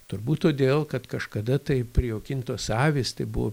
turbūt todėl kad kažkada tai prijaukintos avys tai buvo